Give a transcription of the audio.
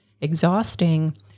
exhausting